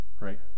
right